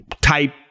type